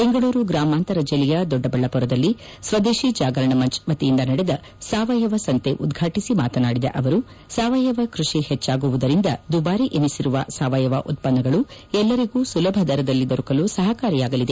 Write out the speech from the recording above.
ಬೆಂಗಳೂರು ಗ್ರಾಮಾಂತರ ಜಿಲ್ಲೆಯ ದೊಡ್ಡಬಳ್ಳಾಪುರದಲ್ಲಿ ಸ್ವದೇಶಿ ಜಾಗರಣ ಮಂಚ್ ವತಿಯಿಂದ ನಡೆದ ಸಾವಯವ ಸಂತೆ ಉದ್ಘಾಟಿಸಿ ಮಾತನಾಡಿದ ಅವರು ಸಾವಯವ ಕೃಷಿ ಹೆಚ್ಚಾಗುವುದರಿಂದ ದುಬಾರಿ ಎನಿಸಿರುವ ಸಾವಯವ ಉತ್ತನ್ನಗಳು ಎಲ್ಲರಿಗೂ ಸುಲಭ ದರದಲ್ಲಿ ದೊರಕಲು ಸಹಕಾರಿಯಾಗಲಿದೆ